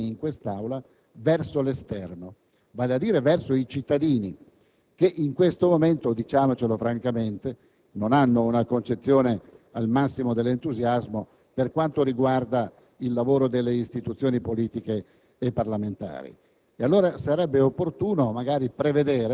di pubblicizzazione di quanto avviene in quest'Aula verso l'esterno, vale a dire verso i cittadini che in questo momento, diciamocelo francamente, non hanno una concezione al massimo dell'entusiasmo per quanto riguarda il lavoro delle istituzioni politiche e parlamentari.